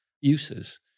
uses